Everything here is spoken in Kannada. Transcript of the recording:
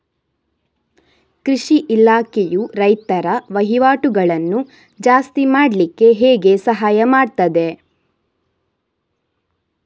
ಕೃಷಿ ಇಲಾಖೆಯು ರೈತರ ವಹಿವಾಟುಗಳನ್ನು ಜಾಸ್ತಿ ಮಾಡ್ಲಿಕ್ಕೆ ಹೇಗೆ ಸಹಾಯ ಮಾಡ್ತದೆ?